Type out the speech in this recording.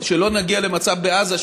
שלא נגיע למצב של עזה,